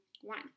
one